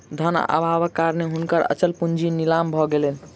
धन अभावक कारणेँ हुनकर अचल पूंजी नीलाम भ गेलैन